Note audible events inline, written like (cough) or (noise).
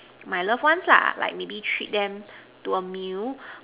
(noise) my loved ones lah like maybe treat them to a meal